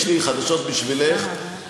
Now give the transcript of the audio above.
יש לי חדשות בשבילך,